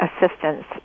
assistance